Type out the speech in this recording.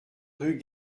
rue